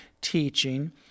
teaching